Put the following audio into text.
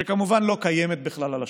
שכמובן לא קיימת בכלל על השולחן.